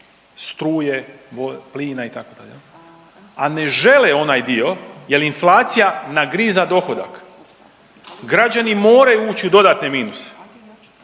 struje, plina itd., a ne žele onaj dio jel inflacija nagriza dohodak, građani moraju ući u dodatne minuse,